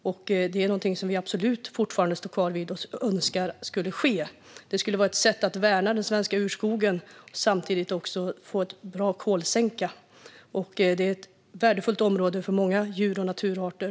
Det är någonting som vi absolut fortfarande står fast vid och önskar skulle ske. Det skulle vara ett sätt värna den svenska urskogen och samtidigt få en bra kolsänka. Det handlar också om ett område som är värdefullt för många djur och naturarter.